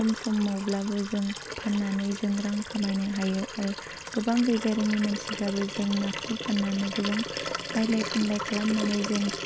खम समावब्लाबो जों फाननानै जों रां खामायनो हायो आरो गोबां गैजा रोङै मानसिफोराबो जों नाखौ फाननानै गोबां बायलाय फानलाय खालामनानै जों